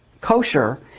kosher